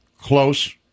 close